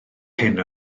hyn